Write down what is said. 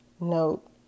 note